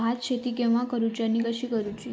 भात शेती केवा करूची आणि कशी करुची?